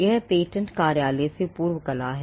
यह पेटेंट कार्यालय से पूर्व कला है